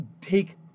take